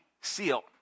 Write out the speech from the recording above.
seal